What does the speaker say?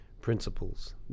principles